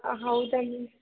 ಆಂ ಹೌದಾ ಮ್ಯಾಮ್